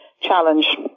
challenge